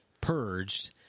purged